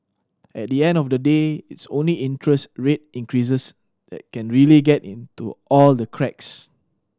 at the end of the day it's only interest rate increases that can really get into all the cracks